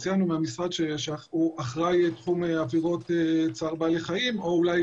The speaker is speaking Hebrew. מרציאנו שאחראי תחום עבירות צער בעלי חיים או אולי